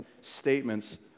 statements